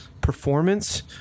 performance